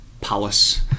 Palace